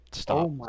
Stop